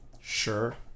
sure